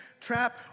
trap